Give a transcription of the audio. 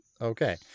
okay